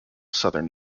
southern